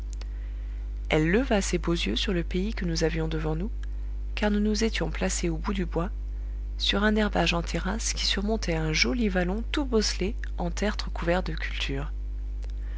elle leva ses beaux yeux sur le pays que nous avions devant nous car nous nous étions placés au bout du bois sur un herbage en terrasse qui surmontait un joli vallon tout bosselé en tertres couverts de cultures